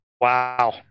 wow